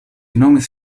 nomis